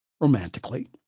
romantically